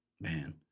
man